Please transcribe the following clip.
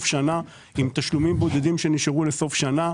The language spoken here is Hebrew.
השנה עם תשלומים בודדים שנשארו לסוף שנה.